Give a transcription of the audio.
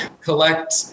collect